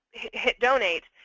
hit donate,